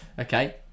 okay